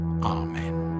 Amen